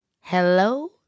hello